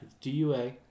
Dua